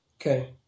Okay